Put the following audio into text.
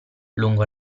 lungo